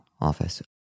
office